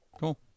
Cool